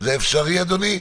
זה אפשרי, אדוני?